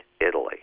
Italy